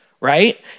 right